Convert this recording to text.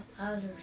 others